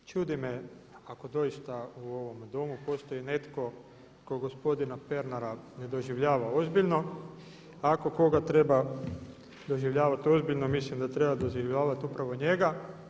Čudi me ako doista u ovom Domu postoji netko tko gospodina Pernara ne doživljava ozbiljno, ako koga treba doživljavati ozbiljno ja mislim da treba doživljavati upravo njega.